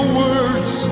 words